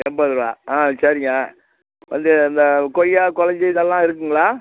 எண்பதுரூவா ஆ சரிங்க வந்து இந்த கொய்யா கொளஞ்சி இதெல்லாம் இருக்குதுங்களா